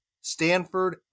Stanford